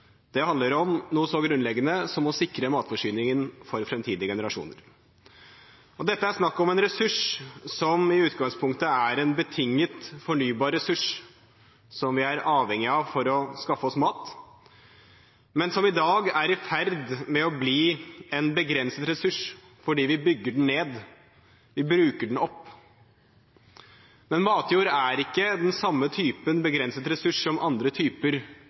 Det handler om noe så grunnleggende som å sikre matforsyningen for framtidige generasjoner. Dette er snakk om en ressurs som i utgangspunktet er en betinget fornybar ressurs, som vi er avhengige av for å skaffe oss mat, men som i dag er i ferd med å bli en begrenset ressurs fordi vi bygger den ned, vi bruker den opp. Matjord er ikke den samme typen begrensete ressurs som andre